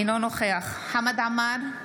אינו נוכח חמד עמאר,